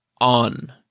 on